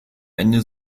ende